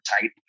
type